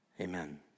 Amen